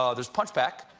ah there's punch back,